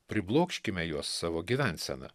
priblokškime juos savo gyvensena